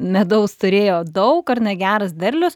medaus turėjot daug ar ne geras derlius